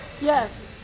Yes